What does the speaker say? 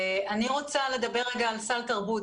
אני רוצה לדבר על סל תרבות.